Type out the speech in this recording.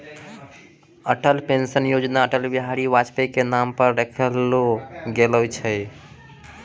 Atal pension योजना अटल बिहारी वाजपेई के नाम पर रखलो गेलो छै